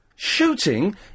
Shooting